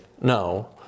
no